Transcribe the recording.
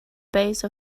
base